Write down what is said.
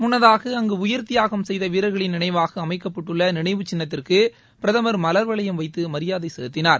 முன்னதாக அங்கு உயிர் தியாகம் செய்த வீரர்களின் நினைவாக அமைக்கப்பட்டுள்ள நினைவுச் சின்னத்திற்கு பிரதமர் மலர் வளையம் வைத்து மரியாதை செலுத்தினார்